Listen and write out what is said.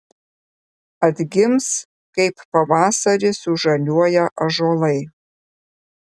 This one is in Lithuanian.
atgims kaip pavasarį sužaliuoja ąžuolai